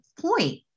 point